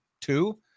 two